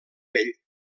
vell